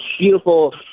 beautiful